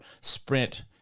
sprint